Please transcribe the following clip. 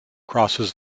crosses